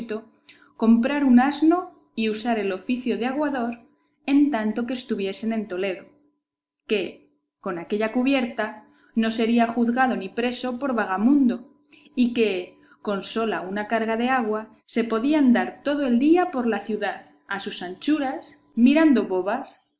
comprar un asno y usar el oficio de aguador en tanto que estuviesen en toledo que con aquella cubierta no sería juzgado ni preso por vagamundo y que con sola una carga de agua se podía andar todo el día por la ciudad a sus anchuras mirando bobas